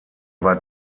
war